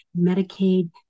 Medicaid